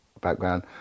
background